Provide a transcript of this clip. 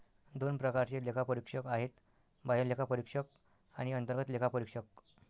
दोन प्रकारचे लेखापरीक्षक आहेत, बाह्य लेखापरीक्षक आणि अंतर्गत लेखापरीक्षक